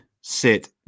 sit